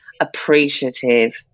appreciative